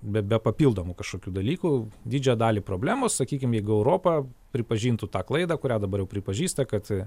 be be papildomų kažkokių dalykų didžią dalį problemų sakykim jeigu europa pripažintų tą klaidą kurią dabar jau pripažįsta kad